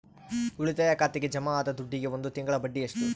ಉಳಿತಾಯ ಖಾತೆಗೆ ಜಮಾ ಆದ ದುಡ್ಡಿಗೆ ಒಂದು ತಿಂಗಳ ಬಡ್ಡಿ ಎಷ್ಟು?